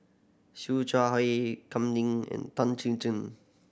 Siew Shaw Her Kam Ning and Tan Chin Chin